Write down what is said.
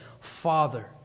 Father